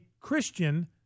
Christian